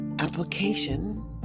application